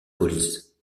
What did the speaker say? police